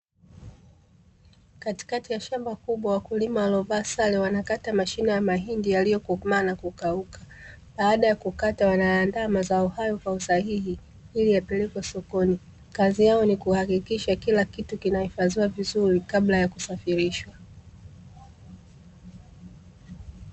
Katikati ya shamba kubwa, wakulima waliovaa sare wanakata mashina ya mahindi yaliyokomaa na kukauka. Baada ya kukata, wanayaandaa mazao hayo kwa usahihi ili yapelekwe sokoni. Kazi yao ni kuhakikisha kila kitu kinahifadhiwa vizuri kabla ya kusafirishwa.